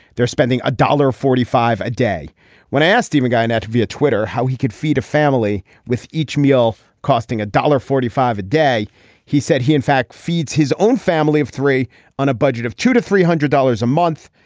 they're spending a dollar forty five a day when asked even given out via twitter how he could feed a family with each meal costing a dollar forty five a day he said he in fact feeds his own family of three on a budget of two to three hundred dollars a month.